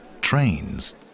trains